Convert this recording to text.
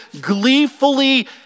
gleefully